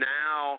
now